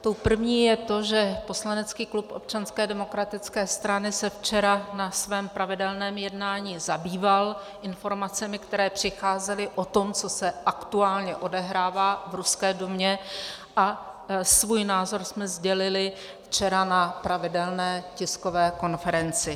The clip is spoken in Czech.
Tou první je to, že poslanecký klub Občanské demokratické strany se včera na svém pravidelném jednání zabýval informacemi, které přicházely o tom, co se aktuálně odehrává v ruské Dumě, a svůj názor jsme sdělili včera na pravidelné tiskové konferenci.